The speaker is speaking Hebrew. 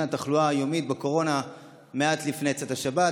התחלואה היומית בקורונה מעט לפני צאת השבת,